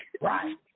Right